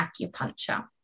acupuncture